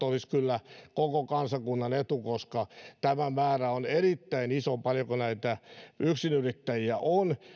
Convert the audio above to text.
olisi kyllä koko kansakunnan etu koska tämä määrä on erittäin iso paljonko näitä yksinyrittäjiä on